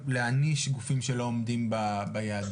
להעניש גופים שלא עומדים ביעדים?